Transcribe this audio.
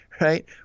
right